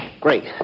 Great